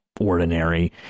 ordinary